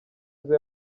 nizzo